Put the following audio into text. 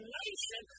nation